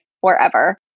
forever